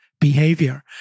behavior